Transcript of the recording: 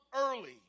early